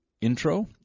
intro